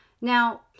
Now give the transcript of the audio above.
Now